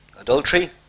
adultery